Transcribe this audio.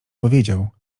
powiedział